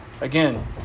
again